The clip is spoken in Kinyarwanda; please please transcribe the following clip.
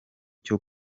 cyo